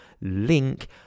link